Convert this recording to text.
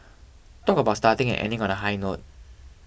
talk about starting and ending on a high note